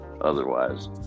otherwise